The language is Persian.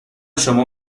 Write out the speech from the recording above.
شما